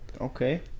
okay